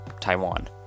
Taiwan